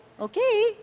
Okay